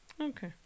Okay